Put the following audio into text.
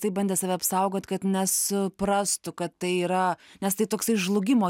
taip bandė save apsaugot kad nesuprastų kad tai yra nes tai toksai žlugimo